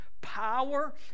power